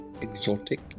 exotic